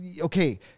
okay